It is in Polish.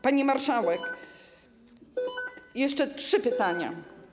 Pani marszałek, jeszcze trzy pytania.